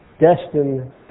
destined